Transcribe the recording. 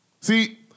See